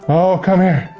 oh, come here.